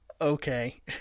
Okay